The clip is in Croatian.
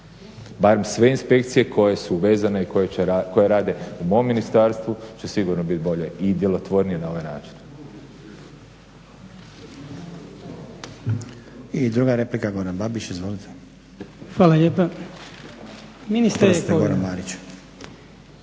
Barem sve inspekcije koje su vezane i koje rade u mom ministarstvu će sigurno bit bolje i djelotvornije na ovaj način.